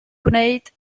gwneud